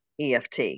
EFT